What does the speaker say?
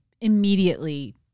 immediately